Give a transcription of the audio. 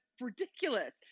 ridiculous